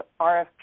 RFP